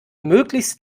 möglichst